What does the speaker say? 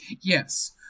Yes